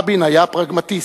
רבין היה פרגמטיסט,